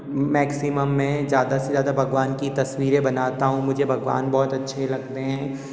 maximum मैं ज़्यादा से ज़्यादा भगवान की तस्वीरें बनाता हूँ मुझे भगवान बहुत अच्छे लगते हैं